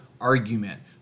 argument